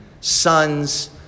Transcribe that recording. sons